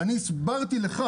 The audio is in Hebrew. ואני הסברתי לך,